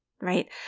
right